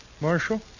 Marshal